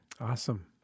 Awesome